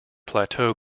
plateau